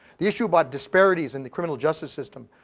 the issue about disparity is in the criminal justice system,